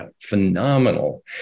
phenomenal